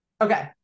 Okay